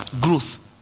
growth